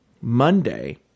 Monday